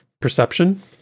perception